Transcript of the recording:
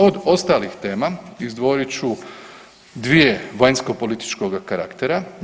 Od ostalih tema izdvojit ću dvije vanjskopolitičkog karaktera.